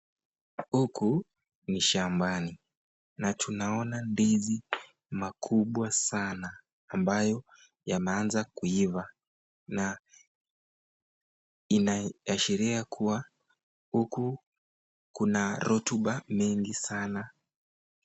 Huku ni shambani na tunaona ndizi makubwa sana ambayo yameanza kuiva na inaashiria kuwa huku kuna rotuba mingi sana.